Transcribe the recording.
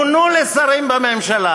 מונו לשרים בממשלה,